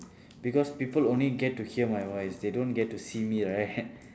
because people only get to hear my voice they don't get to see me right